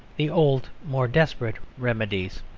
the old more desperate remedies.